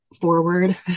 forward